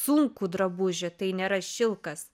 sunkų drabužį tai nėra šilkas